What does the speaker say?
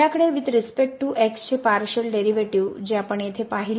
आपल्याकडे with respect to x चे partial derivative जे आपण येथे पाहिले आहे